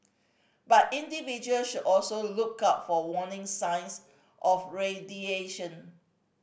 but individuals should also look out for warning signs of